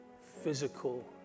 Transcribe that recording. physical